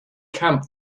camp